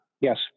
yes